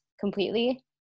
completely